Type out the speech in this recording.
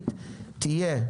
רביעית תהיה,